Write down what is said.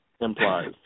implies